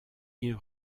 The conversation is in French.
ils